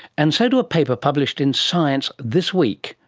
and so to a paper published in science this week,